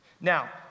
Now